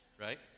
right